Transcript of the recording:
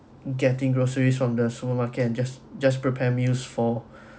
getting groceries from the supermarket and just just prepare meals for